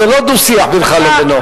זה לא דו-שיח בינך לבינו.